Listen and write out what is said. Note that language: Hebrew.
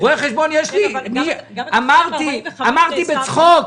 אמרתי בצחוק,